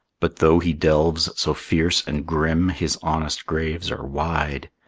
but though he delves so fierce and grim, his honest graves are wide,